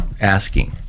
asking